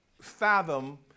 fathom